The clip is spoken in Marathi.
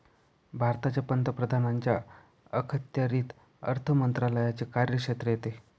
भारताच्या पंतप्रधानांच्या अखत्यारीत अर्थ मंत्रालयाचे कार्यक्षेत्र येते